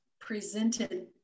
presented